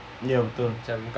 ya betul